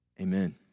Amen